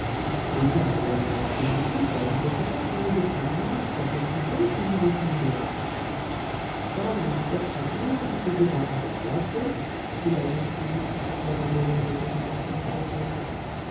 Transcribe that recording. eh bien alors ma fille pourquoi ne veux-tu pas qu'un médecin noir soit aussi bon qu'un médecin blanc dame père châtelain c'était par rapport à la peau dit la jeune fille après un moment de cogitation profonde